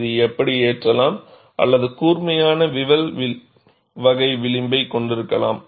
இது இப்படி ஏற்றப்படலாம் அல்லது கூர்மையான விவல் வகை விளிம்பைக் கொண்டிருக்கலாம்